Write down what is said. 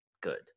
good